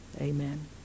Amen